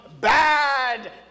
bad